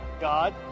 God